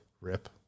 rip